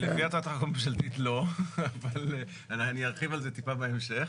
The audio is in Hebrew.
הוא נושא באחריות ואני ארחיב על זה טיפה בהמשך.